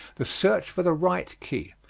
the search for the right key,